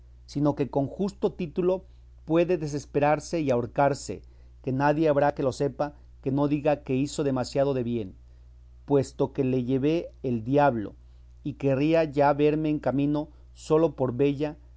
sino que con justo título puede desesperarse y ahorcarse que nadie habrá que lo sepa que no diga que hizo demasiado de bien puesto que le lleve el diablo y querría ya verme en camino sólo por vella